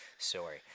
Sorry